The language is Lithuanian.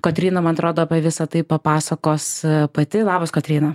kotryna man atrodo visa tai papasakos pati labas kotryna